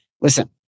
listen